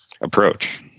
approach